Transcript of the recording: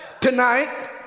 tonight